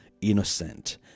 innocent